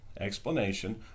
explanation